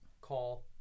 Call